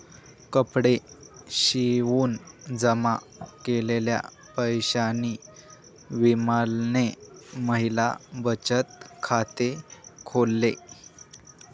कपडे शिवून जमा केलेल्या पैशांनी विमलने महिला बचत खाते खोल्ल